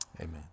Amen